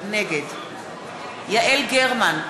נגד יעל גרמן,